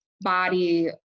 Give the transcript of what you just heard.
body